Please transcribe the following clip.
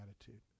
attitude